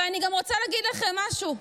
אבל אני גם רוצה להגיד לכם משהו.